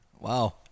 Wow